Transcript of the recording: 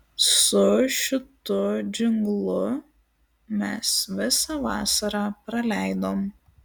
su šitu džinglu mes visą vasarą praleidom